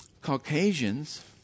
Caucasians